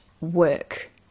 work